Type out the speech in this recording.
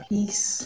Peace